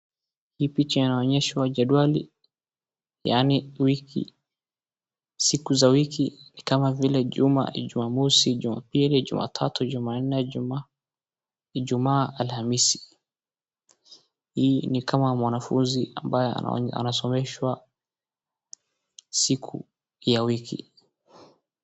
Hii picha inaonyeshwa jedwali yaani wiki. Siku za wiki ni kama vile Juma, Ijumamosi, Jumapili, Jumatatu, Jumanne, Ijumaa, Alhamisi. Hii ni kama mwanafunzi ambaye anasomeshwa siku ya wiki